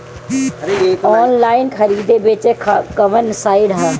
Online खरीदे बेचे खातिर कवन साइड ह?